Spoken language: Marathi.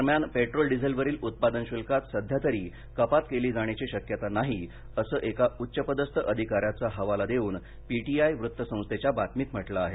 दरम्यान पेट्टोल डिझेलवरील उत्पादन शुल्कात सध्या तरी कपात केली जाण्याची शक्यता नाही असं एका उच्चपदस्थ अधिकाऱ्याचा हवाला देऊन पीटीआय वृत्तसंस्थेच्या बातमीत म्हटलं आहे